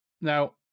Now